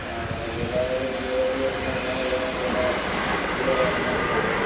ஆ எனக்கு ஏதாவது B BSNL இல்லைனா ஏர்டெல்லோ ஜியோவா இருந்தாலும் சரி